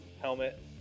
helmet